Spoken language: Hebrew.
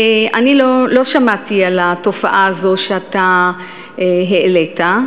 אני לא שמעתי על התופעה הזאת שאתה העלית.